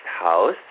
house